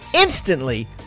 instantly